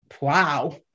wow